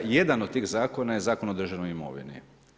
Jedan od tih zakona je Zakon o državnoj imovini.